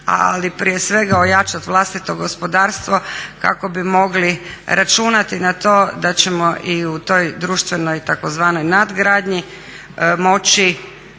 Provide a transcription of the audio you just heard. ali prije svega ojačati vlastito gospodarstvo kako bi mogli računati na to da ćemo i u toj društvenoj tzv. nadgradnji moći